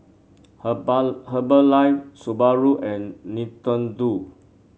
Herbalife Subaru and Nintendo